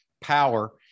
power